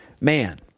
man